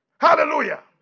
Hallelujah